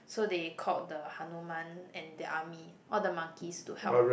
so they called the Hanuman and their army all the monkeys to help